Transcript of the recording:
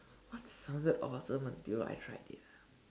what sounded awesome until I tried it ah